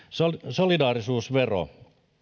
solidaarisuusvero